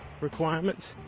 requirements